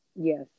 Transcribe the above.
yes